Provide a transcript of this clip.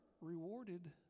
rewarded